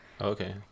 Okay